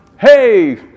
hey